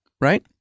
Right